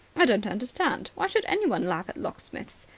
i don't understand. why should anyone laugh at locksmiths?